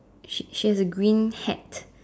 she she has a green hat